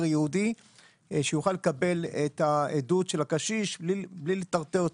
ייעודי שיוכל לקבל את העדות של הקשיש בלי לטרטר אותו.